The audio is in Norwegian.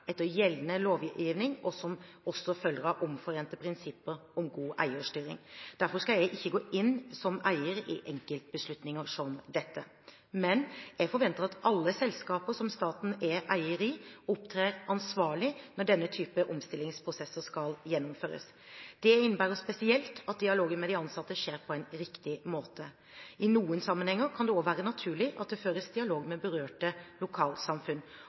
etter gjeldende lovgivning, og som også følger av omforente prinsipper om god eierstyring. Derfor skal ikke jeg som eier gå inn i enkeltbeslutninger som dette. Men jeg forventer at alle selskaper som staten er eier i, opptrer ansvarlig når denne typen omstillingsprosesser skal gjennomføres. Det innebærer spesielt at dialogen med de ansatte skjer på en riktig måte. I noen sammenhenger kan det også være naturlig at det føres dialog med berørte lokalsamfunn,